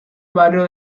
barrio